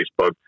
Facebook